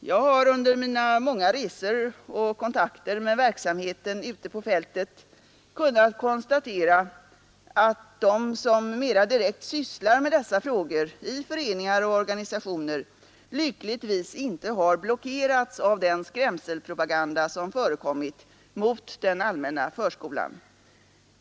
Jag har under mina många resor och kontakter med verksamheten ute på fältet kunnat konstatera att de som mera direkt sysslar med dessa frågor i föreningar och organisationer lyckligtvis inte har blockerats av den skrämselpropaganda som förekommit mot den allmänna förskolan.